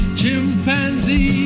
chimpanzee